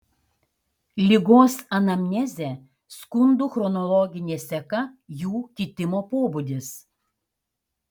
ligos anamnezė skundų chronologinė seka jų kitimo pobūdis